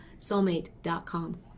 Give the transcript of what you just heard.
soulmate.com